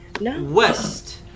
West